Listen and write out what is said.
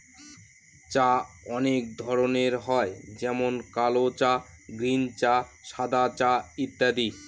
চা অনেক ধরনের হয় যেমন কাল চা, গ্রীন চা, সাদা চা ইত্যাদি